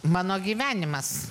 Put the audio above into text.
mano gyvenimas